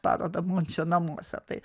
parodą mončio namuose tai